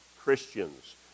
Christians